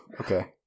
okay